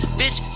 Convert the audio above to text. bitch